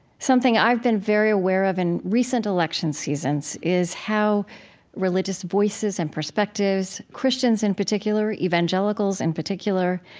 something i've been very aware of in recent election seasons is how religious voices and perspectives, christians in particular, evangelicals in particular,